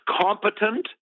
competent